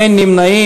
אין נמנעים.